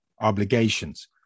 obligations